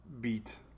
beat